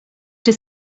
czy